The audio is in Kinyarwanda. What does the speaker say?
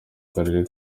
karere